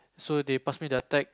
so they pass me the tag